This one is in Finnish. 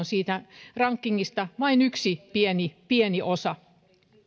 siitä rankingista vain yksi pieni pieni osa